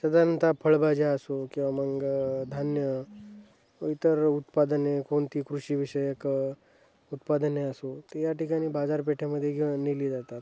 साधारणतः फळभाज्या असो किंवा मग धान्य इतर उत्पादने कोणती कृषीविषयक उत्पादने असो ते या ठिकाणी बाजारपेठ्यामध्ये घेव नेली जातात